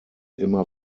immer